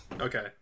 Okay